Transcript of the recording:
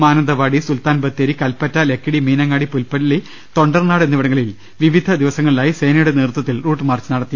മാനന്ത വാടി സുൽത്താൻബത്തേരി കൽപ്പറ്റ ലക്കിടി മീനങ്ങാടി പുൽപ്പള്ളി തൊണ്ടർനാട് എന്നിവിടങ്ങളിൽ വിവിധ ദിവസങ്ങളിലായി സേനയുടെ നേതൃത്വത്തിൽ റൂട്ട്മാർച്ച് നടത്തി